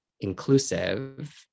inclusive